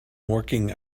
working